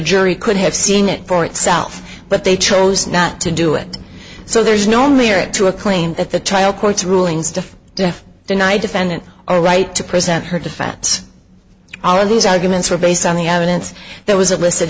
jury could have seen it for itself but they chose not to do it so there is no merit to a claim that the trial court's rulings to deny defendant a right to present her defense all of these arguments were based on the evidence that was elicited